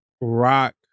Rock